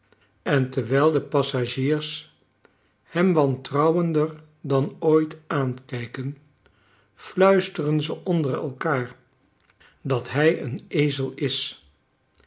en terwijl de passagiers hem wantrouwender dan ooit aankijken fluisteren ze onder elkaar dat hij een ezel is